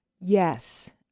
Yes